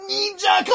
Ninja